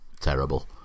terrible